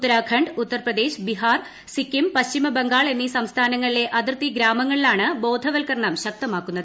ഉത്തരാഖണ്ഡ് ഉത്തർപ്രദേശ് ബിഹാർ സിക്കിം പശ്ചിമ ബംഗാൾ എന്നീ സംസ്ഥാനങ്ങളിലെ അതിർത്തി ഗ്രാമങ്ങളിലാണ് ബോധവൽക്കരണം ശക്തമാക്കുന്നത്